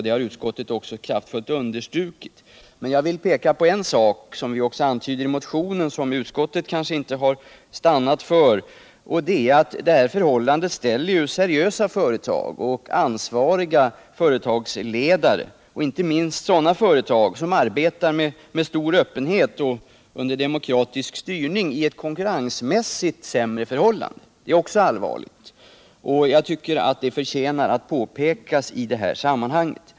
Det har utskottet också kraftfullt understrukit. En annan sida, som vi också antyder i motionen men som utskottet kanske inte fastnat för, är att detta förhållande ställer seriösa företag och ansvariga företagsledare — inte minst sådana företag som arbetar med stor öppenhet och under demokratisk styrning — i ett konkurrensmässigt sämre läge. Det är också allvarligt. Jag tycker att det förtjänar att påpekas i detta sammanhang.